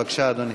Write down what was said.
בבקשה, אדוני.